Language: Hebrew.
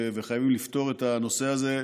וחייבים לפתור את הנושא הזה,